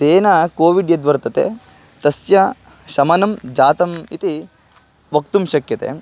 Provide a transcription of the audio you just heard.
तेन कोविड् यद्वर्तते तस्य शमनं जातम् इति वक्तुं शक्यते